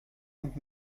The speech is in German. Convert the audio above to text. und